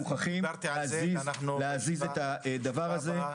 אנחנו צריכים להזיז את הדבר הזה.